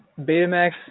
Betamax